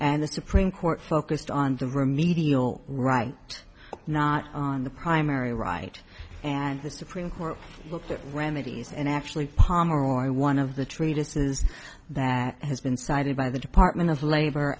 and the supreme court focused on the remedial right not on the primary right and the supreme court looked at remedies and actually pomeroy one of the treatises that has been cited by the department of labor